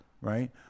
Right